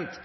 ute.